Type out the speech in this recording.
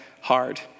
hard